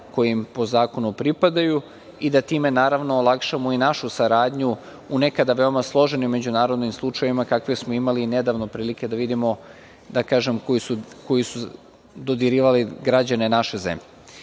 koje im po zakonu pripadaju i da time naravno olakšamo i našu saradnju u nekada veoma složenim međunarodnim slučajevima, kakve smo imali nedavno prilike da vidimo, da kažem, koji su dodirivali građane naše zemlje. Ja